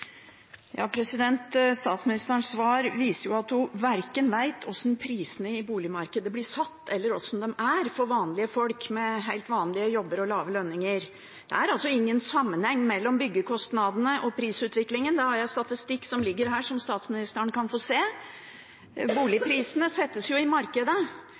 Statsministerens svar viser at hun verken vet hvordan prisene i boligmarkedet blir satt, eller hvordan de er for vanlige folk med helt vanlige jobber og lave lønninger. Det er altså ingen sammenheng mellom byggekostnadene og prisutviklingen, det har jeg statistikk over, som ligger her, som statsministeren kan få se. Boligprisene settes i markedet,